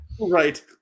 Right